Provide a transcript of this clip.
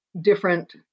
different